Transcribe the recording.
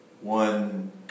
one